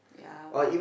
yeah but